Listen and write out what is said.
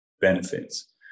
benefits